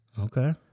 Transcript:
Okay